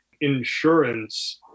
insurance